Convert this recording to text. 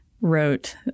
wrote